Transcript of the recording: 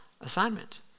assignment